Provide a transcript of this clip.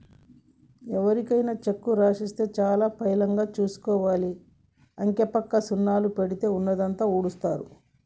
ఎవరికైనా చెక్కు రాసిస్తే చాలా పైలంగా చూసుకోవాలి, అంకెపక్క సున్నాలు పెట్టి ఉన్నదంతా ఊడుస్తరు